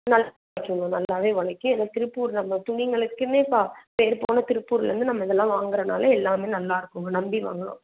நல்லா உழைக்கும் நல்லாவே உழைக்கும் ஏன்னால் திருப்பூர் நம்ம துணிங்களுக்குன்னே பேர் போன திருப்பூர்லிருந்து நம்ம இதல்லாம் வாங்கறதுனால எல்லாமே நல்லா இருக்குங்க நம்பி வாங்கலாம்